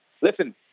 listen